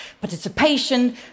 participation